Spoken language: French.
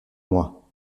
moi